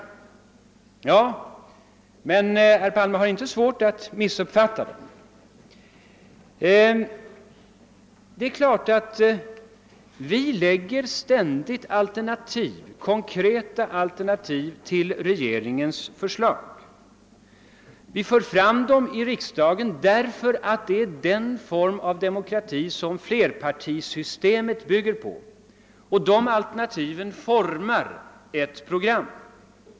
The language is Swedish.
Herr Palme tycks dock inte ha svårt att missuppfatta det. Vi lägger ständigt fram i riksdagen konkreta alternativ till regeringens förslag, eftersom det är den form av demokrati som flerpartisystemet bygger på. De alternativen formar ett program.